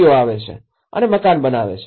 ઓ આવે છે અને મકાન બનાવે છે